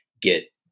get